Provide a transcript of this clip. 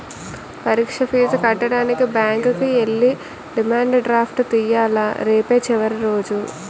పరీక్ష ఫీజు కట్టడానికి బ్యాంకుకి ఎల్లి డిమాండ్ డ్రాఫ్ట్ తియ్యాల రేపే చివరి రోజు